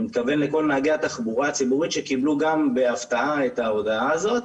אני מתכוון לכל נהגי התחבורה הציבורית שקיבלו גם בהפתעה את ההודעה הזאת.